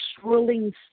shrilling